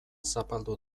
zapaldu